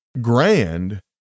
grand